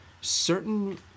Certain